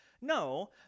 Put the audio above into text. No